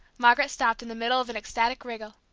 margaret stopped in the middle of an ecstatic wriggle.